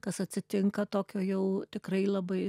kas atsitinka tokio jau tikrai labai